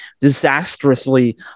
disastrously